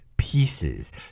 pieces